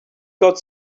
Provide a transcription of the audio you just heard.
got